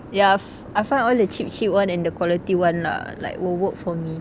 ya I find all the cheap cheap one and the quality one lah like will work for me